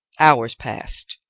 hours passed,